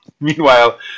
meanwhile